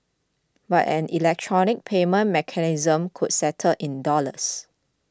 but an electronic payment mechanism could settle in dollars